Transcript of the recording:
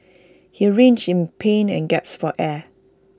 he writhed in pain and gasped for air